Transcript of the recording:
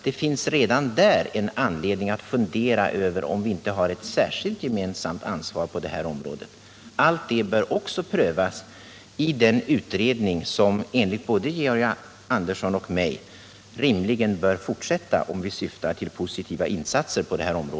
Det finns redan där en anledning att fundera över om vi inte har ett särskilt gemensamt ansvar på detta område. Allt detta bör också prövas i den utredning som enligt både Georg Andersson och mig rimligen bör fortsätta om vi syftar till positiva insatser på det här området.